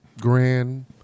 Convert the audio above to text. grand